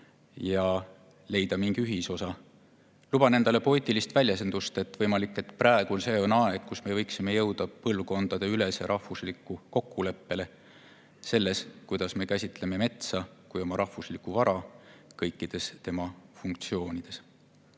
ja leida mingi ühisosa. Luban endale poeetilist väljendust: võimalik, et praegu on aeg, kui me võiksime jõuda põlvkondadeülesele rahvuslikule kokkuleppele selles, kuidas me käsitleme metsa kui oma rahvuslikku vara kõikides tema funktsioonides.